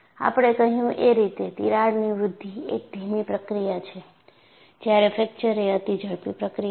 આપણે કહ્યું એ રીતે તીરાડની વૃદ્ધિ એક ધીમી પ્રક્રિયા છે જ્યારે ફ્રેકચર એ અતિ ઝડપી પ્રક્રિયા છે